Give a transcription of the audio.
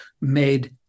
made